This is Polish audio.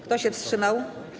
Kto się wstrzymał?